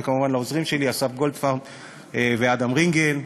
וכמובן לעוזרים שלי אסף גולדפרב ואדם רינגל.